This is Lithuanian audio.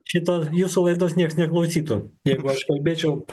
šito jūsų laidos nieks neklausytų jeigu aš kalbėčiau